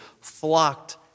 flocked